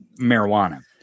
marijuana